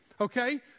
okay